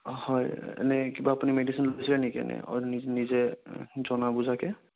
হয় এনেই কিবা আপুনি মেডিচিন লৈছিলে নেকি এনেই অঁ নিজে জনা বুজাকে